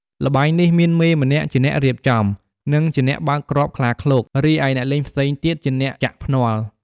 ល្បែងនេះមានមេម្នាក់ជាអ្នករៀបចំ និងជាអ្នកបើកគ្រាប់ខ្លាឃ្លោក រីឯអ្នកលេងផ្សេងទៀតជាអ្នកចាក់ភ្នាល់។